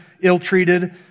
ill-treated